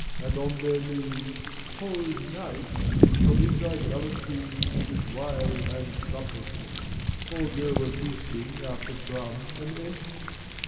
and on their knees, whole nights commit idolatry with wine and trumpets or go a feasting after drum and ensign.